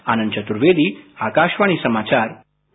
आनंद चतुर्वेदी आकाशवाणी समाचार दिल्ली